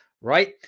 right